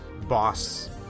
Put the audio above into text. boss